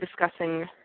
discussing